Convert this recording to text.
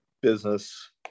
business